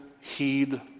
heed